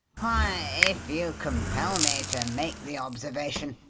why, if you compel me to make the observation,